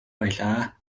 байлаа